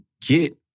get